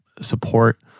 support